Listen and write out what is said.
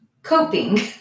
Coping